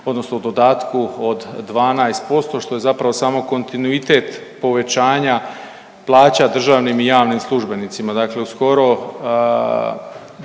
odnosno dodatku od 12%, što je zapravo samo kontinuitet povećanja plaća državnim i javnim službenicima. Dakle u skoro